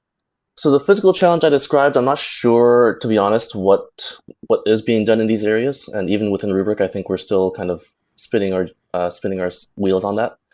so the physical challenge i described, i'm not sure, to be honest, what what is being done in these areas, and even within rubrik i think we're still kind of spinning our spinning our wheels on that.